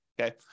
Okay